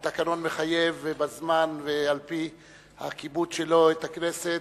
שהתקנון מחייב ובזמן ועל-פי הכיבוד שלו את הכנסת,